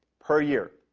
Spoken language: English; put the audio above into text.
per year.